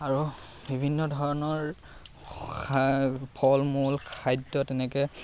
আৰু বিভিন্ন ধৰণৰ ফলমূল খাদ্য তেনেকৈ